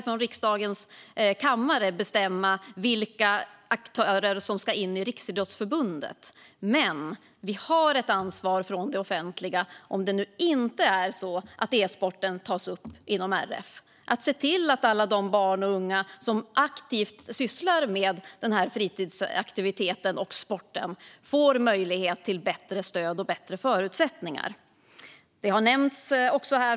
Riksdagen kan inte bestämma vilka aktörer som ska in i Riksidrottsförbundet, men om e-sporten inte tas upp inom RF har det offentliga ett ansvar att se till att alla de barn och unga som aktivt sysslar med denna sport ges bättre stöd och förutsättningar.